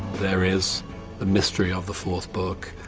there is the mystery of the fourth book,